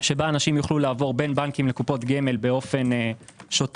שבה אנשים יוכלו לעבור בין בנקים לקופות גמל באופן שוטף,